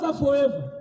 forever